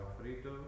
frito